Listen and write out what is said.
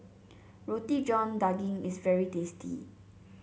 Roti John Daging is very tasty